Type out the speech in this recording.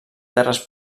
terres